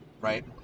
right